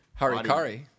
Harikari